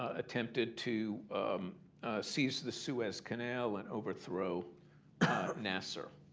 attempted to seize the suez canal and overthrow nasser.